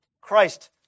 Christ